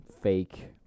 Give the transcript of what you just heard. fake